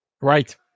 Right